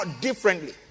differently